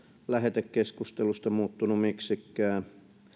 lähetekeskustelusta muuttunut miksikään